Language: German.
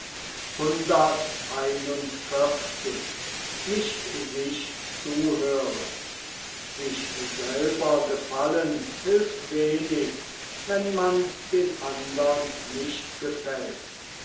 sich selber gefallen hilft wenig wenn man andern nicht gefällt